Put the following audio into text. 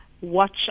watch